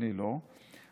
אני לא,